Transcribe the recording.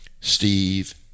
steve